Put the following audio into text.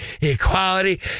equality